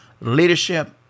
leadership